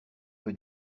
peu